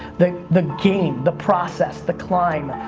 the the game, the process, the climb.